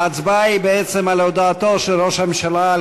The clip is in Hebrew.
ההצבעה היא בעצם על הודעתו של ראש הממשלה על